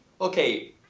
okay